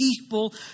people